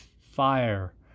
fire